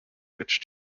which